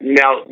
now